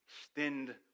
extend